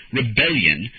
rebellion